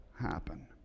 happen